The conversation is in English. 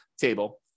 table